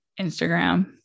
Instagram